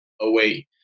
away